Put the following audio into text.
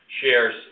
shares